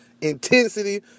intensity